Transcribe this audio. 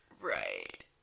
Right